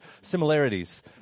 similarities